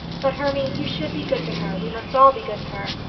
but, hermy, you should be good to her. we must all be good to her.